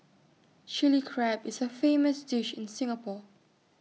Chilli Crab is A famous dish in Singapore